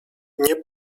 nie